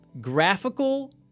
graphical